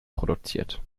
produziert